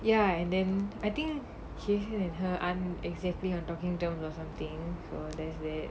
ya and then I think kayshen and her aren't exactly on talking terms or something so there's that